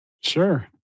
Sure